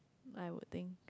I would think